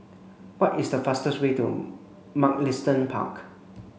what is the fastest way to Mugliston Park